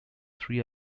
three